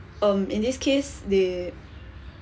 um in this case they